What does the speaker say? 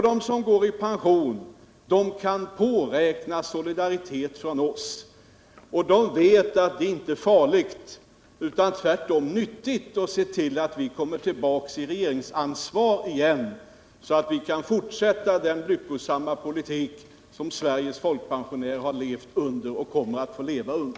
De som går i pension kan påräkna solidaritet från oss, och de vet att det inte är farligt — utan tvärtom nyttigt — att se till att vi kommer tillbaka till regeringsansvar igen, så att vi kan fortsätta den lyckosamma politik vars resultat Sveriges folkpensionärer har levt med och kommer att få leva med.